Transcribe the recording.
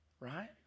right